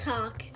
Talk